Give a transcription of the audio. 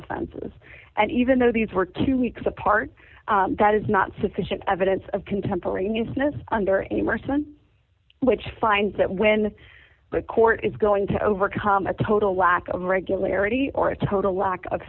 offenses and even though these were two weeks apart that is not sufficient evidence of contemporaneous notes under amerson which finds that when the court is going to overcome a total lack of regularity or a total lack of